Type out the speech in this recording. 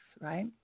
right